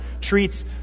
treats